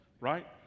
right